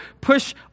push